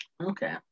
Okay